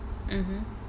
mmhmm